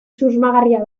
susmagarria